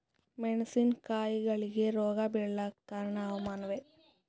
ಮೆಣಸಿನ ಕಾಯಿಗಳಿಗಿ ರೋಗ ಬಿಳಲಾಕ ಕಾರಣ ಹವಾಮಾನನೇ?